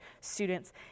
students